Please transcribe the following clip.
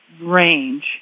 range